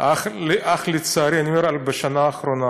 אך לצערי, אני אומר על השנה האחרונה